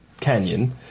canyon